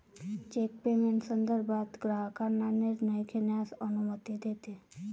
check payment संदर्भात ग्राहकांना निर्णय घेण्यास अनुमती देते